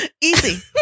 Easy